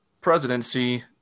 presidency